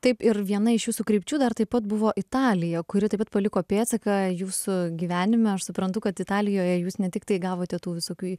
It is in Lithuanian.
taip ir viena iš jūsų krypčių dar taip pat buvo italija kuri taip pat paliko pėdsaką jūsų gyvenime aš suprantu kad italijoje jūs ne tiktai gavote tų visokių